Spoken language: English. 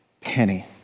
penny